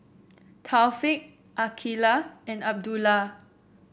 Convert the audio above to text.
Taufik Aqilah and Abdullah